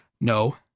No